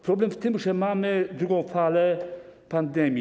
Problem w tym, że mamy drugą falę pandemii.